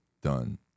done